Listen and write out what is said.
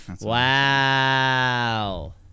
wow